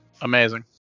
Amazing